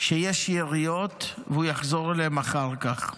שיש יריות והוא יחזור אליהם אחר כך.